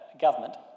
government